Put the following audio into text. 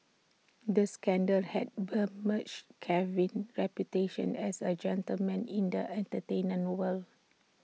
the scandal had besmirched Kevin's reputation as A gentleman in the entertainment world